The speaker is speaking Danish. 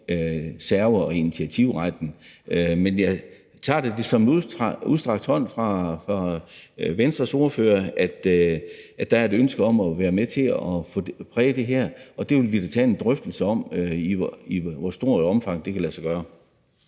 serve- og initiativretten. Men jeg tager det som en udstrakt hånd fra Venstres ordfører, at der er et ønske om at være med til at præge det her, og vi vil da tage en drøftelse om, i hvor stort et omfang det kan lade sig gøre.